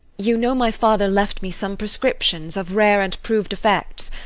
you know my father left me some prescriptions of rare and prov'd effects,